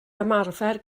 ymarfer